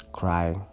cry